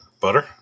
Butter